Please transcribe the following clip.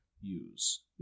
use